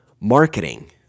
marketing